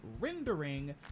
rendering